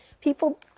people